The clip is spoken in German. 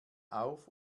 auf